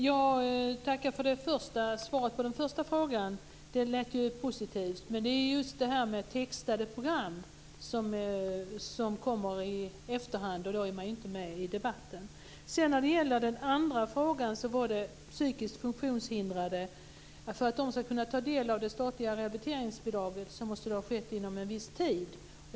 Fru talman! Jag tackar för svaret på den första frågan. Det lät ju positivt. Men det är just detta med textade program som sänds i efterhand, och då är det inte lätt att hänga med i debatten. Den andra frågan gällde de psykiskt funktionshindrade. För att de ska kunna ta del av det statliga rehabiliteringsbidraget måste rehabiliteringen ha skett inom en viss tid.